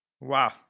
Wow